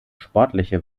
sportliche